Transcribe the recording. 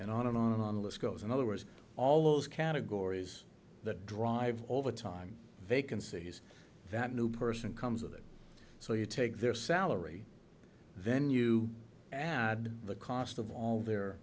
and on and on and on the list goes in other words all those categories that drive over time vacancies that new person comes of it so you take their salary then you add the cost of all their